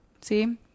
see